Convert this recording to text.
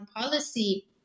policy